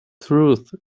truth